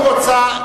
היא רוצה,